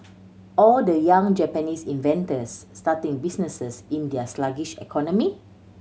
or the young Japanese inventors starting businesses in their sluggish economy